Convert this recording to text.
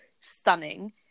stunning